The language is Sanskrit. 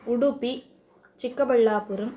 उडुपि चिक्कबळळापुरम्